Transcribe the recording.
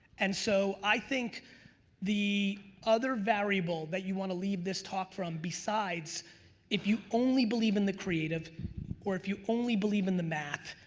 and so i think the other variable that you want to leave this talk from besides if you only believe in the creative or if you only believe in the math,